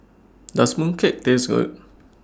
Does Mooncake Taste Good